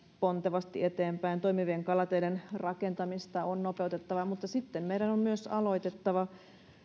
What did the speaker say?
pontevasti eteenpäin toimivien kalateiden rakentamista on nopeutettava mutta sitten meidän on myös aloitettava